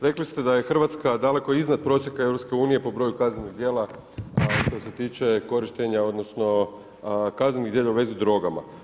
Rekli ste da je Hrvatska daleko iznad prosjeka EU po broju kaznenih djela, a što se tiče korištenja odnosno kaznenih djela u vezi s drogama.